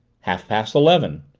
half-past eleven.